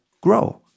grow